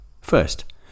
first